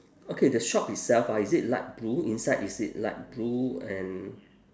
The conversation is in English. okay the shop itself ah is it light blue inside is it light blue and